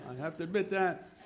have to admit that.